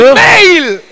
male